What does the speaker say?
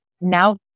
Now